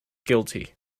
guilty